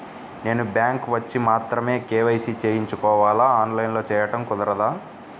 నేను బ్యాంక్ వచ్చి మాత్రమే కే.వై.సి చేయించుకోవాలా? ఆన్లైన్లో చేయటం కుదరదా?